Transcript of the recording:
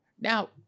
Now